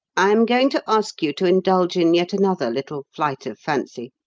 i am going to ask you to indulge in yet another little flight of fancy.